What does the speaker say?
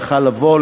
יכול היה לבוא,